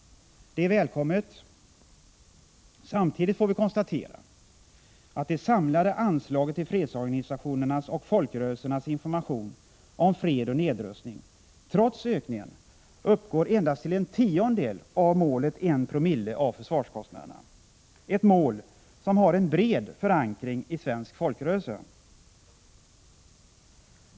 Det är välkommet. Samtidigt får vi konstatera att det samlade anslaget till fredsorganisationernas och folkrörelsernas information om fred och nedrustning trots ökningen uppgår endast till en tiondel av målet, en promille av försvarskostnaderna, ett mål som har en bred förankring i svensk folkrörelse.